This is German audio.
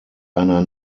einer